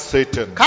Satan